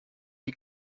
die